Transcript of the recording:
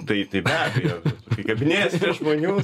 tai tai be abejo kai kabinėjiesi prie žmonių